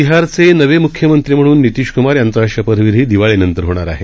बिहारचे नवे मुख्यमंत्री म्हणून नितिश कुमार यांचा शपथविधी दिवाळीनंतर होणार आहे